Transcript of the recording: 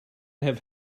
have